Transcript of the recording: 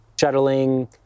shuttling